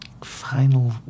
final